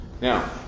Now